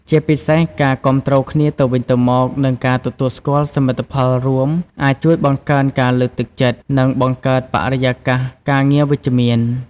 ជាពិសេសការគាំទ្រគ្នាទៅវិញទៅមក និងការទទួលស្គាល់សមិទ្ធផលរួម អាចជួយបង្កើនការលើកទឹកចិត្ត និងបង្កើតបរិយាកាសការងារវិជ្ជមាន។